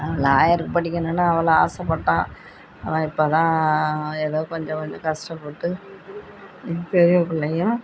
அவன் லாயருக்கு படிக்கணும்னு அவ்வளோ ஆசைப்பட்டான் அவன் இப்போதான் ஏதோ கொஞ்சம் கொஞ்சம் கஷ்டப்பட்டு எங்கள் பெரிய பிள்ளையும்